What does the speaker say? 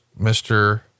Mr